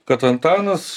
kad antanas